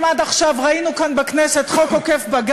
אם עד עכשיו ראינו כאן בכנסת חוק עוקף-בג"ץ,